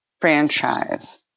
franchise